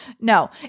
No